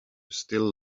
still